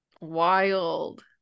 wild